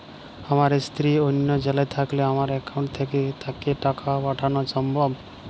আমার স্ত্রী অন্য জেলায় থাকলে আমার অ্যাকাউন্ট থেকে কি তাকে টাকা পাঠানো সম্ভব?